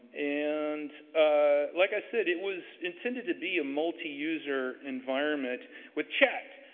and, ah like i said, it was intended to be a multi-user environment with chat.